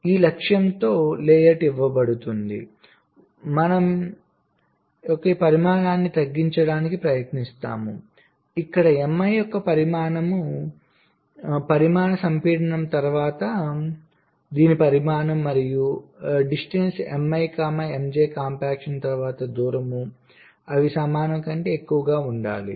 ఈ లక్ష్యంతో లేఅవుట్ ఇవ్వబడుతుంది మనం యొక్క పరిమాణాన్ని తగ్గించడానికి ప్రయత్నిస్తాము ఇక్కడ Mi యొక్క పరిమాణం సంపీడనం తరువాత దీని పరిమాణం మరియు distMiMj కాంపాక్షన్ తరువాత దూరం అవి సమానంగా కంటే ఎక్కువ ఉండాలి